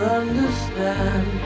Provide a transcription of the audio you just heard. understand